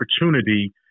opportunity